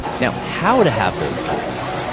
now how to have those kids,